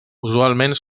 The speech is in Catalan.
usualment